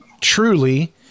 truly